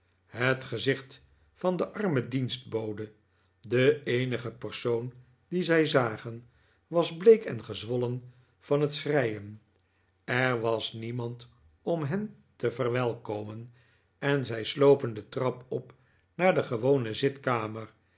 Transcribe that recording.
het gezicht van de arme dienstbode de eenige persoon die zij zagen was bleek en gezwollen van het schreien er was niemand om hen te verwelkomen en zij slopen de trap op naar de gewone zitkamer